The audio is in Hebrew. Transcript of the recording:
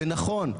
ונכון,